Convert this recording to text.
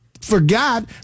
forgot